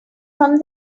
from